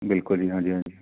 ਬਿਲਕੁਲ ਜੀ ਹਾਂਜੀ ਹਾਂਜੀ